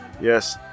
Yes